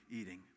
eating